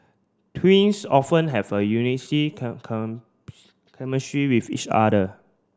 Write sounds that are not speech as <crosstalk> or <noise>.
twins often have a <unintelligible> with each other